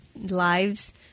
lives